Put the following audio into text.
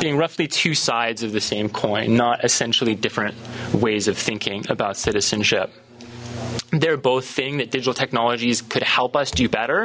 being roughly two sides of the same coin not essentially different ways of thinking about citizenship they're both thing that digital technologies could help us do better